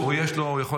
הוא יש לו.